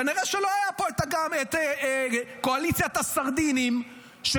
כנראה שלא היו פה קואליציית הסרדינים ששותקת